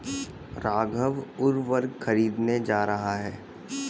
राघव उर्वरक खरीदने जा रहा है